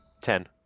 Ten